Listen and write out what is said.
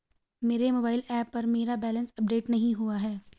मेरे mobile app पर मेरा बैलेंस अपडेट नहीं हुआ है